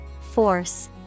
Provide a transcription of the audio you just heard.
Force